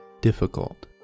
difficult